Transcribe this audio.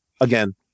again